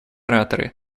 ораторы